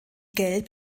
gelb